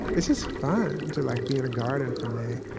it's just fun to like be in a garden, for me,